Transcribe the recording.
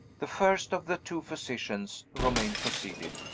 the first of the two physicians, romayne proceeded,